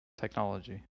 technology